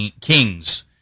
kings